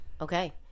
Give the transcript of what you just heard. Okay